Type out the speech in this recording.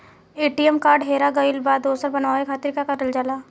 ATM card हेरा गइल पर दोसर बनवावे खातिर का करल जाला?